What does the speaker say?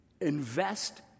Invest